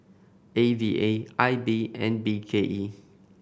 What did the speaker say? A V A I B and B K E